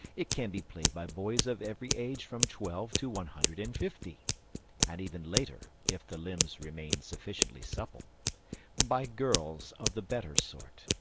it can be played by boys of every age from twelve to one hundred and fifty and even later if the limbs remain sufficiently supple by girls of the better sort,